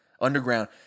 underground